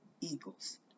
eagles